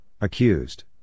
Accused